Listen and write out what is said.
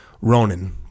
Ronan